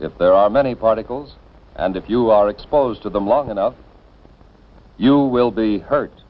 if there are many particles and if you are exposed to them long enough you will be hurt